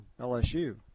LSU